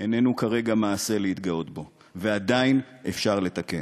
איננו כרגע מעשה להתגאות בו, ועדיין אפשר לתקן.